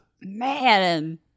Man